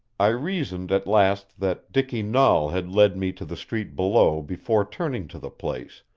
i reasoned at last that dicky nahl had led me to the street below before turning to the place,